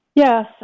Yes